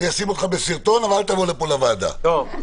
אני אשים אותך בסרטון אבל אל תבוא לפה לוועדה.